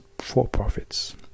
for-profits